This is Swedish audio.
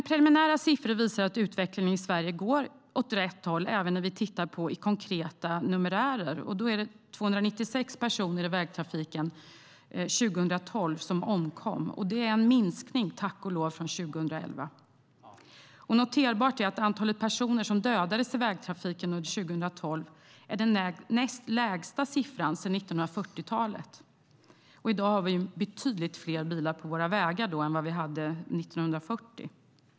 Preliminära siffror visar att utvecklingen i Sverige går åt rätt håll även när vi tittar på konkreta numerärer. Totalt omkom 296 personer i vägtrafiken under 2012. Det är tack och lov en minskning från 2011. Noterbart är att antalet personer som dödades i vägtrafiken under 2012 är den näst lägsta siffran sedan 1940-talet. I dag har vi betydligt fler bilar på våra vägar än vad vi hade 1940.